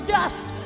dust